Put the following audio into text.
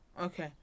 Okay